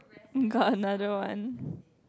got another one